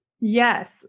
Yes